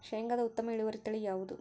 ಶೇಂಗಾದ ಉತ್ತಮ ಇಳುವರಿ ತಳಿ ಯಾವುದು?